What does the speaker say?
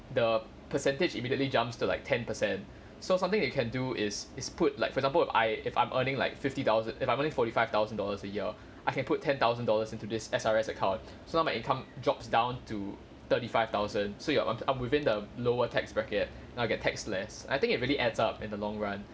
the percentage immediately jumps to like ten percent so something you can do is is put like for example I if I'm earning like fifty thousa~ if I'm earning forty five thousand dollars a year I can put ten thousand dollars into this S_R_S account so now my income drops down to thirty five thousand so you earn within the lower tax bracket now get taxed less I think it really adds up in the long run